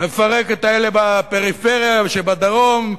מפרק את אלה בפריפריה שבדרום,